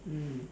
mm